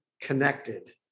connected